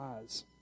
eyes